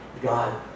God